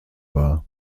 war